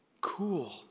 Cool